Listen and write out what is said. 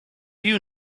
you